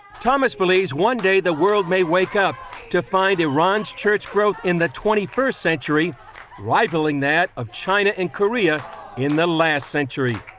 um ah believes one day the world may wake up to find iran's church growth in the twenty first century rivaling that of china and korea in the last century.